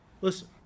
listen